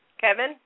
Kevin